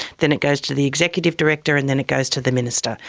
then it goes to the executive director, and then it goes to the minister.